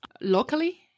locally